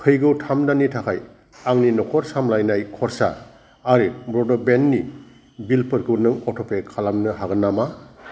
फैगौ थाम दाननि थाखाय आंनि न'खर सामलायनाय खर्सा आरो ब्र'डबेन्डनि बिलफोरखौ नों अट'पे खालामनो हागोन नामा